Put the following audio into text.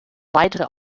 weitere